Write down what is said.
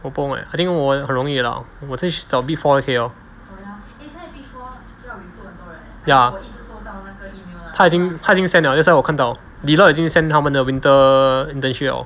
我不懂 leh I think 我很容易 lah 我找 big four 就可以 liao ya 他已经他已经 send liao that's why 我看到 Deloitte 已经 send 他们的 winter internship liao